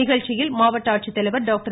நிகழ்ச்சியில் மாவட்ட ஆட்சித்தலைவர் டாக்டர்